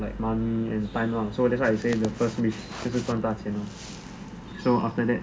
like money and time lah so that's why I say my first wish is to 赚大钱 so after that